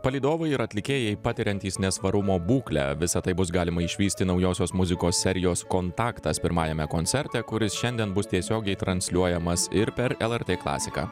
palydovai ir atlikėjai patiriantys nesvarumo būklę visa tai bus galima išvysti naujosios muzikos serijos kontaktas pirmajame koncerte kuris šiandien bus tiesiogiai transliuojamas ir per lrt klasiką